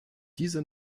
diese